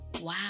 Wow